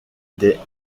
des